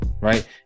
right